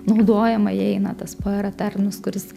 naudojama joje įeina tas par eternus kuris